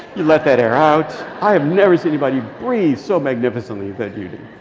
you let that air out. i have never seen anybody breathe so magnificently that you do.